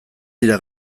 dira